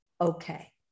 okay